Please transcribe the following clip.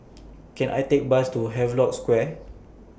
Can I Take Bus to Havelock Square